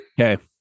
Okay